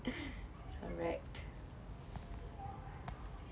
correct